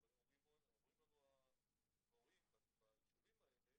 באים ואומרים לנו ההורים ביישובים האלה